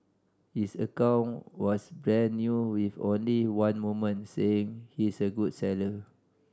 his account was brand new with only one moment saying he's a good seller